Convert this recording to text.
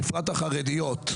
בפרט החרדיות,